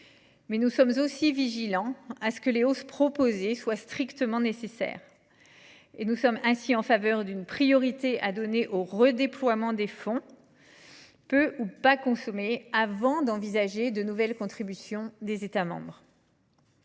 mais nous sommes vigilants pour que les hausses proposées soient strictement nécessaires. Nous sommes ainsi en faveur d’une priorité à donner aux redéploiements de fonds peu ou pas consommés avant d’envisager de nouvelles contributions des États membres.